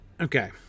Okay